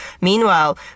Meanwhile